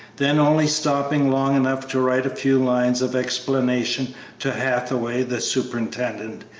then only stopping long enough to write a few lines of explanation to hathaway, the superintendent,